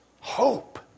Hope